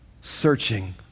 searching